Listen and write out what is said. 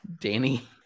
Danny